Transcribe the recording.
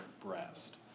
breast